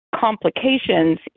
complications